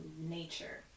nature